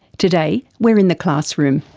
today we're in the classroom.